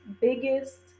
biggest